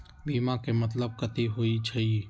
बीमा के मतलब कथी होई छई?